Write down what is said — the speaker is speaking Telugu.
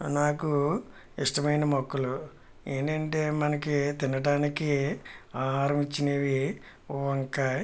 నాకు ఇష్టమైన మొక్కలు ఏంటంటే మనకి తినటానికి ఆహారం ఇచ్చినవి వంకాయ